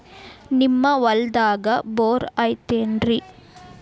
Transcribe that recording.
ನಿಮ್ಮ ಹೊಲ್ದಾಗ ಬೋರ್ ಐತೇನ್ರಿ?